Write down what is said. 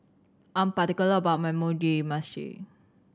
I am particular about my Mugi Meshi